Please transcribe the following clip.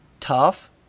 tough